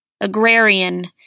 Agrarian